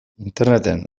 interneten